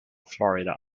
florida